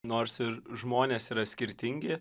nors ir žmonės yra skirtingi